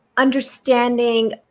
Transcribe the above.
Understanding